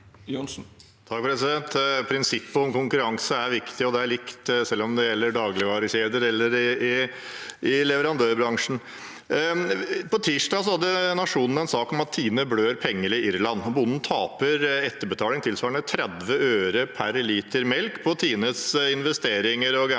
Prinsippet om konkurranse er viktig, og det er likt enten det gjelder dagligvarekjeder eller leverandørbransjen. På tirsdag hadde Nationen en sak om at Tine blør penger i Irland, og at bonden taper etterbetaling tilsvarende 30 øre per liter melk på Tines investeringer, gamblinger og